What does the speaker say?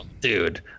dude